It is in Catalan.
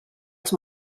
els